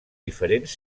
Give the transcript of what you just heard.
diferents